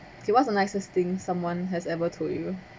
so what's the nicest thing someone has ever told you